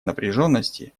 напряженности